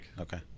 Okay